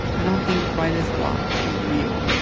i don't think writer's block is real.